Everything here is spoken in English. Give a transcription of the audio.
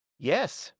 yes,